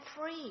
free